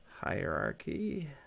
hierarchy